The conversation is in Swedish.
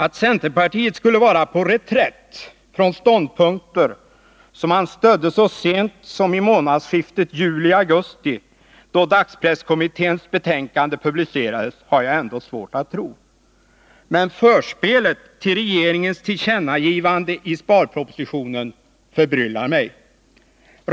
Att centerpartiet skulle vara på reträtt från ståndpunkter som man stödde så sent som vid månadsskiftet juli-augusti, då dagspresskommitténs betänkande publicerades, har jag ändå svårt att tro. Men förspelet till regeringens tillkännagivande i sparpropositionen förbryllar mig.